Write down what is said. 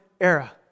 era